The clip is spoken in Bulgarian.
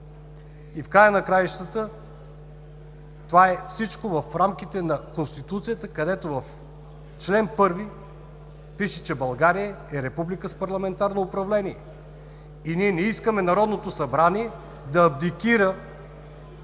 В края на краищата всичко това е в рамките на Конституцията, където в чл. 1 пише, че България е република с парламентарно управление. Ние не искаме Народното събрание да абдикира